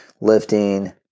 lifting